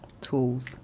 tools